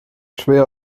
schwer